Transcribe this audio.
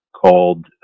called